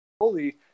holy